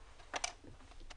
בבקשה.